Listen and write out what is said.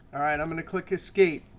and i'm going to click escape.